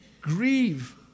grieve